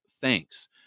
thanks